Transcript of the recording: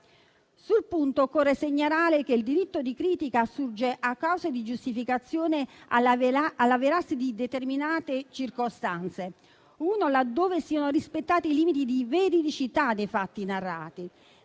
Sul punto occorre segnalare che il diritto di critica assurge a causa di giustificazione all'avverarsi di determinate circostanze: innanzitutto, ove siano rispettati i limiti di veridicità dei fatti narrati,